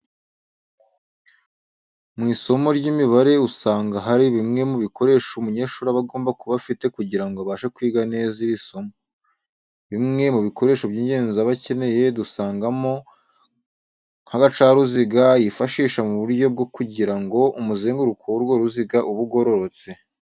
Mu isomo ry'imibare usanga hari bimwe mu bikoresho umunyeshuri aba agomba kuba afite kugira ngo abashe kwiga neza iri somo. Bimwe mu bikoresho by'ingenzi aba akeneye dusangamo nk'agacaruziga yifashisha mu buryo bwo kugira ngo umuzenguruko w'urwo ruziga ube ugororotse.